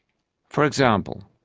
for example,